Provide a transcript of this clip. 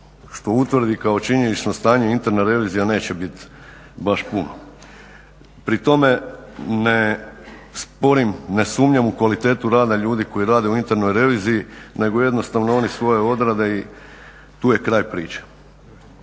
što utvrdi kao činjenično stanje Interna revizija, neće biti baš puno. Pri tome ne sporim ne sumnjam u kvalitetu rada ljudi koji rade u internoj reviziji nego jednostavno oni svoje odrade i tu je kraj priče.